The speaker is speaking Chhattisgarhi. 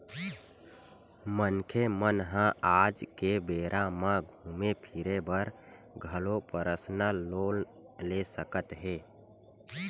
मनखे मन ह आज के बेरा म घूमे फिरे बर घलो परसनल लोन ले सकत हे